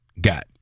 got